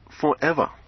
forever